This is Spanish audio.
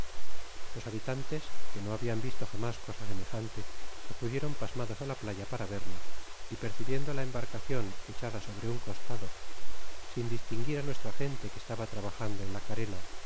los habitantes que no habian visto jamás cosa semejante acudieron pasmados ála playa para vernos y por cibiendo la embarcacion echada sobre un costado sin distinguir á nuestra gente que estaba trabajando en la carena